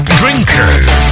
drinkers